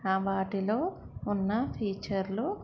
వాటిలో ఉన్న ఫీచర్లు